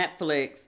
Netflix